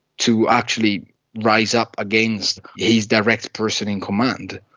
to actually rise up against his direct person in command.